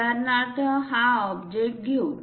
उदाहरणार्थ हा ऑब्जेक्ट घेऊ